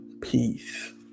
peace